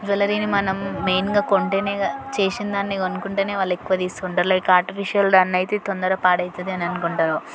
జవలరీని మనం మెయిన్గా కొంటే చేసిందాన్ని కొనుక్కుంటే వాళ్ళు ఎక్కువ తీసుకుంటారు లైక్ ఆర్టిఫీషియల్ దాన్ని అయితే తొందర పాడైతుంది అని అనుకుంటారు